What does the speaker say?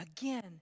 again